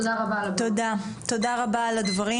תודה רבה על הבמה.